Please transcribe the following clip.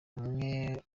bamwe